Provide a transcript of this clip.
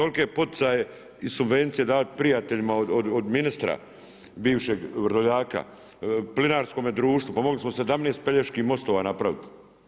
Toliko poticaje i subvencije davati prijateljima od ministra bivšeg Vrdoljaka plinarskom društvu, pa mogli smo 17 Peljeških mostova napraviti.